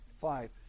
Five